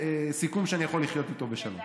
סיכום שאני יכול לחיות איתו בשלום.